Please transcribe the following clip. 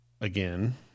again